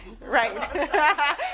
Right